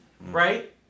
right